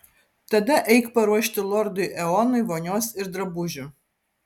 tada eik paruošti lordui eonui vonios ir drabužių